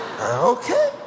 Okay